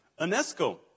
UNESCO